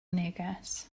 neges